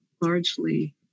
largely